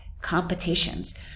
competitions